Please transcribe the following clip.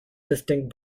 distinct